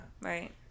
right